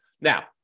Now